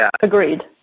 Agreed